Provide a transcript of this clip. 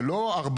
זה לא 400%,